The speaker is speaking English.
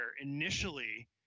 initially